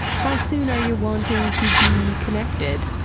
how soon are you wanting to bee connected?